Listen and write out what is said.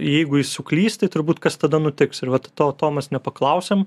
jeigu jis suklys tai turbūt kas tada nutiks ir vat to to mes nepaklausėm